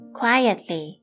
quietly